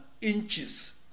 inches